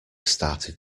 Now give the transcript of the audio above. started